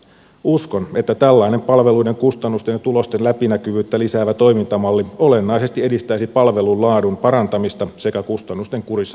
uskon että tällainen palveluiden kustannusten ja tulosten läpinäkyvyyttä lisäävä toimintamalli olennaisesti edistäisi palvelun laadun parantamista sekä kustannusten kurissa pysymistä